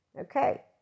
Okay